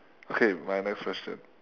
okay my next question